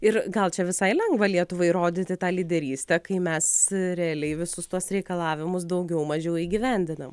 ir gal čia visai lengva lietuvai rodyti tą lyderystę kai mes realiai visus tuos reikalavimus daugiau mažiau įgyvendinam